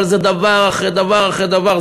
וזה דבר אחרי דבר אחרי דבר.